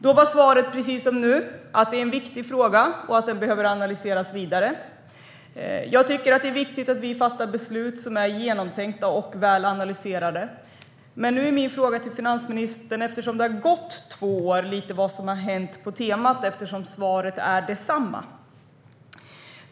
Då var svaret, precis som nu, att det är en viktig fråga och att den behöver analyseras vidare. Jag tycker att det är viktigt att vi fattar beslut som är genomtänkta och väl analyserade. Men eftersom det har gått två år undrar jag vad som har hänt på detta tema, eftersom svaret är detsamma.